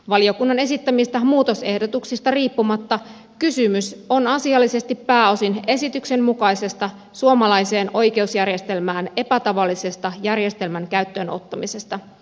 valiokunnan esittämistä muutosehdotuksista riippumatta kysymys on asiallisesti pääosin esityksen mukaisesta suomalaiseen oikeusjärjestelmään epätavallisen järjestelmän käyttöönottamisesta